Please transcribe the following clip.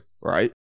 right